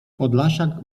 podlasiak